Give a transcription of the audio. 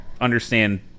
understand